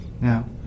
Now